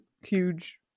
huge